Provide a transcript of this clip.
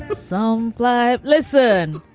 the song love listen,